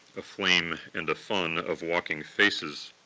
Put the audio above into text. aflame and afun of walking faces,